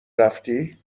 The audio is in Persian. رفتی